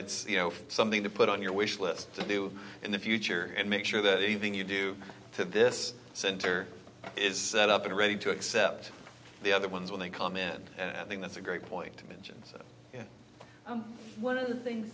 it's you know something to put on your wish list to do in the future and make sure that anything you do to this center is set up and ready to accept the other ones when they come in and i think that's a great point to mention one other thing